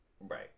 Right